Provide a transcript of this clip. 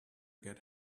get